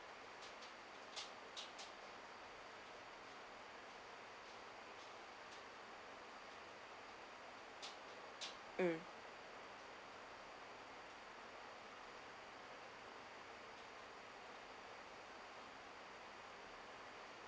um